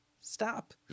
stop